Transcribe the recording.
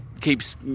keeps